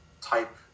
type